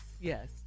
yes